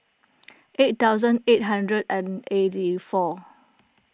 eight thousand eight hundred and eighty four